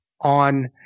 on